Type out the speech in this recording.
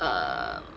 err